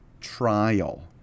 trial